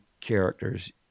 characters